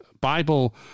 Bible